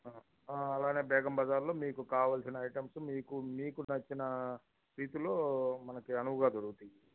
అలాగే బేగం బజార్లో మీకు కావలిసిన ఐటమ్స్ మీకు మీకు నచ్చిన రీతిలో మనకి అనువుగా దొరుకుతాయి